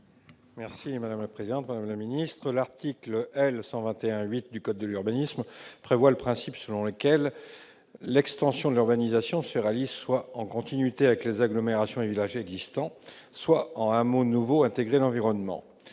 est à M. Christophe Priou. L'article L. 121-8 du code de l'urbanisme prévoit le principe selon lequel « l'extension de l'urbanisation se réalise soit en continuité avec les agglomérations et villages existants, soit en hameaux nouveaux intégrés à l'environnement